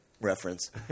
reference